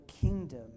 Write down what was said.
kingdom